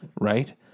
Right